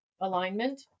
alignment